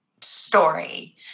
story